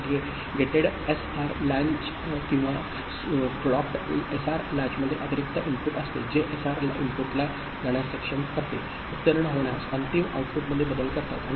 आणि gated SR latch किंवा clocked SR लॅचमध्ये अतिरिक्त इनपुट असते जे एसआर इनपुटला जाण्यास सक्षम करते उत्तीर्ण होण्यास अंतिम आउटपुटमध्ये बदल करतात